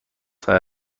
خدامه